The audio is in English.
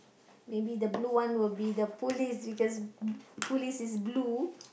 maybe the blue one will be the police because police is blue